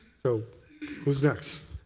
so who is next?